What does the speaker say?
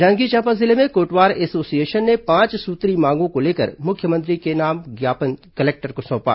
जांजगीर चांपा जिले में कोटवार एसोसिएशन ने पांच सूत्रीय मांगों को लेकर मुख्यमंत्री के नाम ज्ञापन आज कलेक्टर को सौंपा